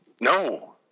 No